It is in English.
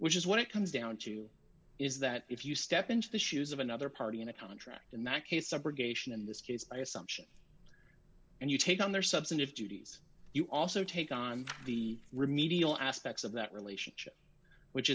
which is what it comes down to is that if you step into the shoes of another party in a contract in that case subrogation in this case by assumption and you take on their substantive duties you also take on the remedial aspects of that relationship which